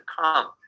come